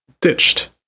Ditched